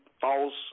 false